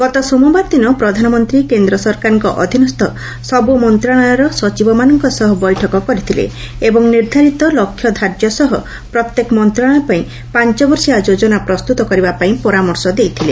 ଗତ ସୋମବାର ଦିନ ପ୍ରଧାନମନ୍ତ୍ରୀ କେନ୍ଦ୍ର ସରକାରଙ୍କ ଅଧୀନସ୍ଥ ସବୁ ମନ୍ତ୍ରଣାଳୟର ସଚିବମାନଙ୍କ ସହ ବୈଠକ କରିଥିଲେ ଏବଂ ନିର୍ଦ୍ଧାରିତ ଲକ୍ଷ୍ୟ ଧାର୍ଯ୍ୟ ସହ ପ୍ରତ୍ୟେକ ମନ୍ତ୍ରଣାଳୟପାଇଁ ପାଞ୍ଚ ବର୍ଷିଆ ଯୋଜନା ପ୍ରସ୍ତୁତ କରିବାପାଇଁ ପରାମର୍ଶ ଦେଇଥିଲେ